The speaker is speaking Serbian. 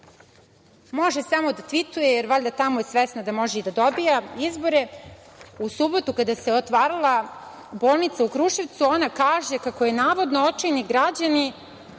može samo da tvituje, jer valjda tamo je svesna da može i da dobija izbore. U subotu kada se otvarala bolnica u Kruševcu, ona kaže kako joj, navodno, očajni građani